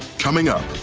coming up,